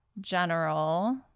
general